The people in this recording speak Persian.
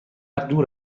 دور